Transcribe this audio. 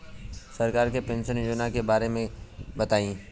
सरकार के पेंशन योजना के बारे में बताईं?